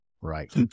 Right